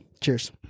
cheers